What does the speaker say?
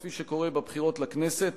כפי שקורה בבחירות לכנסת,